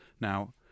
Now